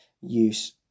use